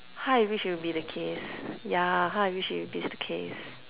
how I wish it will be the case yeah how I wish it will be the case